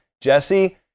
Jesse